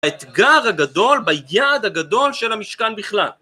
האתגר הגדול ביעד הגדול של המשכן בכלל.